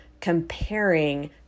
comparing